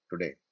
today